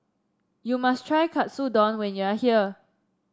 you must try Katsudon when you are here